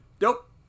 nope